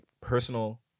personal